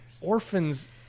orphans